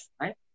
right